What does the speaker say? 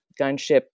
gunship